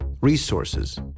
resources